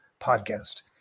podcast